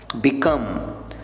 become